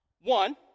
one